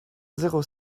zéro